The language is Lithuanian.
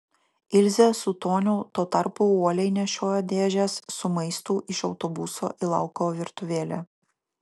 ilzė su toniu tuo tarpu uoliai nešiojo dėžes su maistu iš autobuso į lauko virtuvėlę